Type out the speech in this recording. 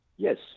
Yes